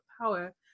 power